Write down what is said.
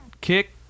kick